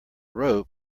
rope